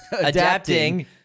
adapting